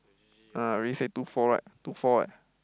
ah already say two four right two four right